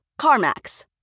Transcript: CarMax